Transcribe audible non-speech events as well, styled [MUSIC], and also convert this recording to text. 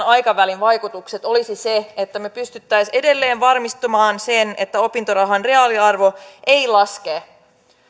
[UNINTELLIGIBLE] aikavälin vaikutukset olisivat että me pystyisimme edelleen varmistamaan sen että opintorahan reaaliarvo ei laske